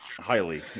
highly